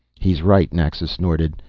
he's right, naxa snorted.